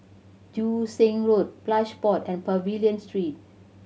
Joo Seng Road Plush Pods and Pavilion Street